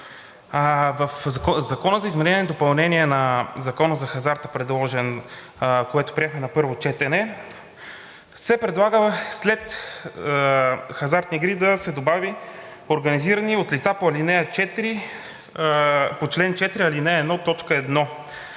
В Законопроекта за изменение и допълнение на Закона за хазарта, който приехме на първо четене, се предлага след „хазартни игри“ да се добави „организирани от лица по чл. 4, ал. 1 т.